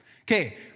Okay